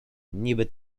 niby